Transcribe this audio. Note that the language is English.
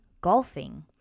golfing